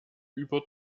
über